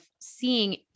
seeing